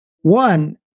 One